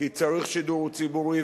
כי צריך שידור ציבורי,